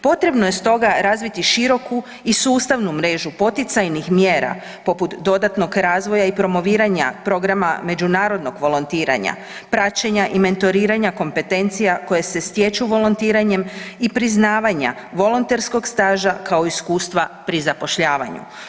Potrebno je stoga razviti široku i sustavnu mrežu poticajnih mjera poput dodatnog razvoja i promoviranja programa međunarodnog volontiranja, praćenja i mentoriranja kompetencija koje se stječu volontiranjem i priznavanja volonterskog staža kao iskustva pri zapošljavanju.